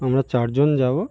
আমরা চার জন যাবো